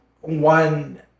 One